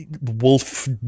wolf